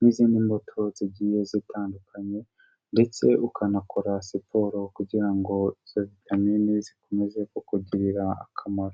n'izindi mbuto zigiye zitandukanye ndetse ukanakora siporo kugira ngo izo vitamini zikomeze kukugirira akamaro.